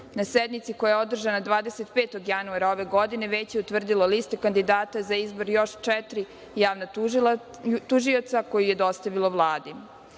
Na sednici koja je održana 25. januara ove godine Veće je utvrdilo listu kandidata za izbor još četiri javna tužioca, koje je dostavilo Vladi. Na